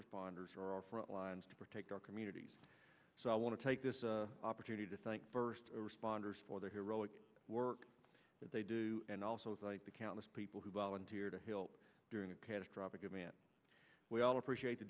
responders are our front lines to protect our communities so i want to take this opportunity to thank burst responders for their heroic work that they do and also like the countless people who volunteer to help during a catastrophic event we all appreciate the